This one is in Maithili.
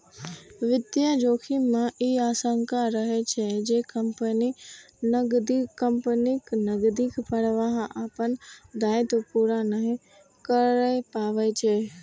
वित्तीय जोखिम मे ई आशंका रहै छै, जे कंपनीक नकदीक प्रवाह अपन दायित्व पूरा नहि कए पबै छै